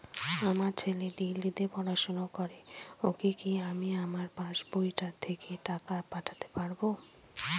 আমার ছেলে দিল্লীতে পড়াশোনা করে ওকে কি আমি আমার পাসবই থেকে টাকা পাঠাতে পারব?